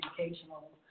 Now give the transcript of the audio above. educational